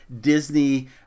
Disney